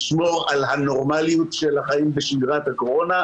לשמור על הנורמליות של החיים בשגרת הקורונה,